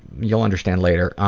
you'll understand later.